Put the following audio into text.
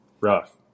Rough